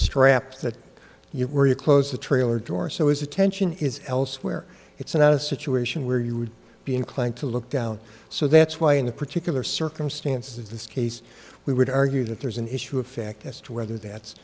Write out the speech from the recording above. straps that you were to close the trailer door so his attention is elsewhere it's not a situation where you would be inclined to look down so that's why in the particular circumstances of this case we would argue that there's an issue of fact as to whether that's